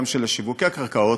גם של שיווקי הקרקעות,